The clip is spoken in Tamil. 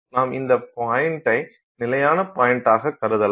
நாம் இந்த பாய்ண்டை நிலையான பாய்ண்ட்டாக கருதலாம்